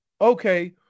Okay